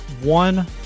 one